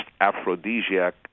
aphrodisiac